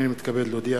הנני מתכבד להודיע,